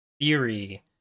theory